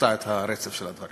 תקטע את הרצף של הדברים.